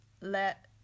let